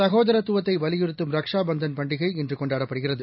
சனேதரத்துவத்தை வலியுறுத்தும் ரக்ஷா பந்தன் பண்டிகை இன்று கொண்டாடப்படுகிறது